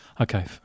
okay